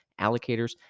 allocators